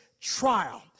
trial